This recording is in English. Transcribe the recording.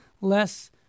less